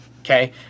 okay